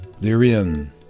Therein